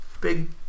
big